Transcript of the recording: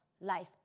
life